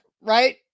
right